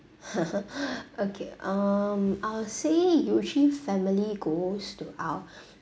okay um I'll say usually family goes to our